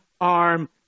arm